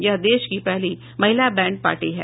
यह देश की पहली महिला बैंड पार्टी है